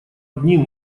одним